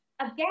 again